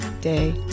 day